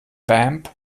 vamp